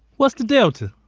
what's the delta?